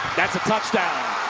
that's a touchdown.